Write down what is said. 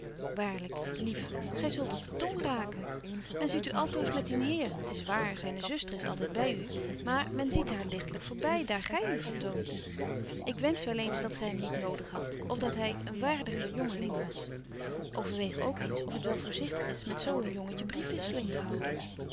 waarlyk lief gy zult op de tong raken men ziet u altoos met dien heer t is waar zyne zuster is altyd by u maar men ziet haar ligtlyk voorby daar gy u vertoont ik wensch wel eens dat gy hem niet nodig hadt of dat hy een waardiger jongeling was overweeg ook eens of het wel voorzichtig is met zo een jongetje briefwisseling te houden